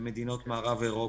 ומדינות מערב אירופה.